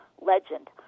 legend